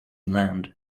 land